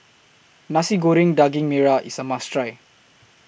Nasi Goreng Daging Merah IS A must Try